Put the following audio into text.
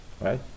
Right